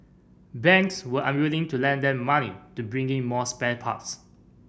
banks were unwilling to lend them money to bring in more spare parts